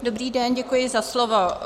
Dobrý den, děkuji za slovo.